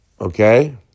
Okay